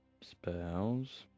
Spells